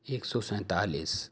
ایک سو سینتالیس